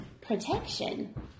protection